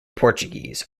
portuguese